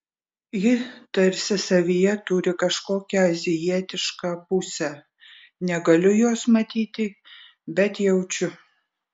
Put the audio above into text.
ji tarsi savyje turi kažkokią azijietišką pusę negaliu jos matyti bet jaučiu